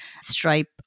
Stripe